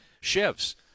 shifts